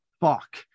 fuck